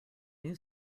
new